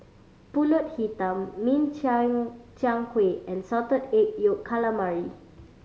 Pulut Hitam min chiang chiang kueh and Salted Egg Yolk Calamari